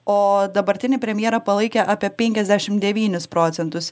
o dabartinį premjerą palaikė apie penkiasdešimt devynis procentus